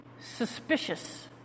suspicious